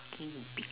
~ing big